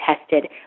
tested